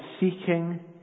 seeking